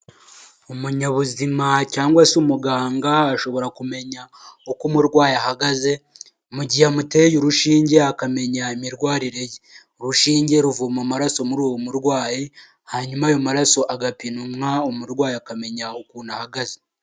Umunyabuzima cyangwa se umuganga ashobora kumenya uko umurwayi ahagaze mu gihe amuteye urushinge akamenya imirwarire ye, urushinge ruvoma amaraso muri uwo murwayi, hanyuma ayo maraso agapimwa umurwayi akamenya ukuntu ahagaze.